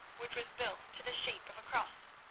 which was built to the shape of a cross,